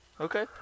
Okay